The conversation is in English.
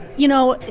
you know,